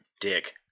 dick